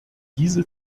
diese